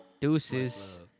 deuces